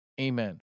Amen